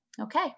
Okay